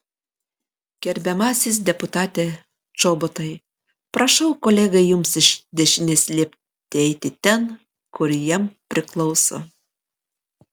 gerbiamasis deputate čobotai prašau kolegai jums iš dešinės liepti eiti ten kur jam priklauso